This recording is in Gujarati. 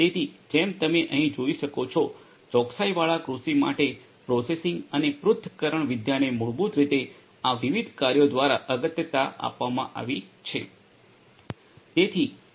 તેથી જેમ તમે અહીં જોઈ શકો છો ચોકસાઇવાળા કૃષિ માટે પ્રોસેસિંગ અને પૃથક્કરણવિદ્યાને મૂળભૂત રીતે આ વિવિધ કાર્યો દ્વારા અગત્યતા આપવામાં આવી છે